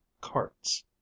carts